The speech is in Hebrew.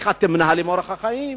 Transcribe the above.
איך אתם מנהלים את אורח החיים?